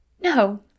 No